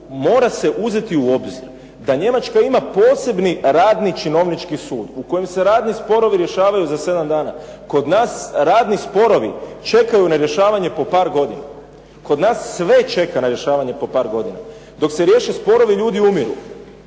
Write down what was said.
mora uzeti u obzir da Njemački ima posebni radni činovnički sud u kojem se radni sporovi rješavaju za sedam dana. Kod nas radni sporovi čekaju na rješavanje po par godina. Kod nas sve čeka na rješavanje po par godina. Dok se riješe sporovi ljudi umiru.